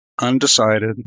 undecided